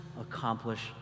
accomplish